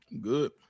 Good